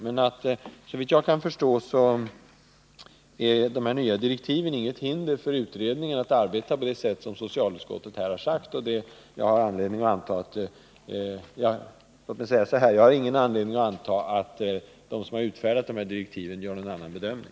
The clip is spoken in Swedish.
Men enligt min mening utgör de nya direktiven inget hinder för utredningen att arbeta på det sätt som socialutskottet har angivit, och jag har ingen anledning att anta att de som utfärdat direktiven gör någon annan bedömning.